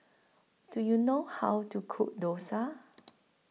Do YOU know How to Cook Dosa